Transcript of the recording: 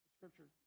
Scripture